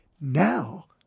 Now